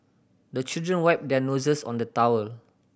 the children wipe their noses on the towel